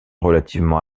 relativement